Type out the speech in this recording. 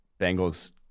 Bengals